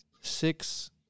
Six